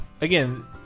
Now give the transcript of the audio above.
again